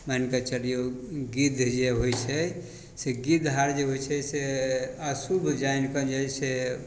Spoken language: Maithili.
मानिके चलिऔ गिद्ध जे होइ छै से गिद्ध आओर जे होइ छै से अशुभ जानिकऽ जे हइ से